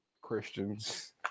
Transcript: Christians